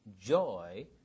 joy